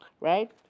right